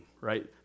right